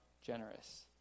generous